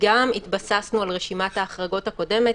וגם התבססנו על רשימת ההחרגות הקודמת,